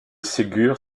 ségur